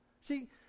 See